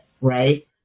right